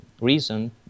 reason